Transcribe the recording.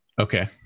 Okay